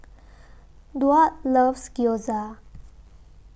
Duard loves Gyoza